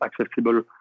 accessible